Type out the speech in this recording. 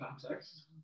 context